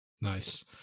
nice